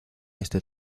este